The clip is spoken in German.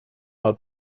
mal